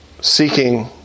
seeking